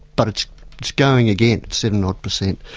but it's it's going again at seven-odd per cent.